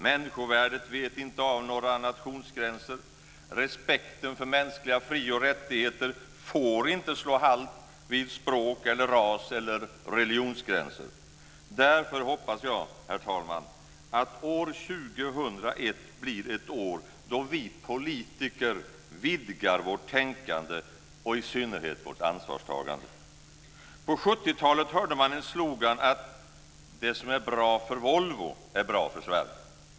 Människovärdet vet inte av några nationsgränser. Respekten för mänskliga fri och rättigheter får inte slå halt vid språk-, ras eller religionsgränser. Därför hoppas jag, herr talman, att år 2001 blir ett år då vi politiker vidgar vårt tänkande och i synnerhet vårt ansvarstagande. På 70-talet hörde man en slogan att det som är bra för Volvo är bra för Sverige.